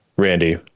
Randy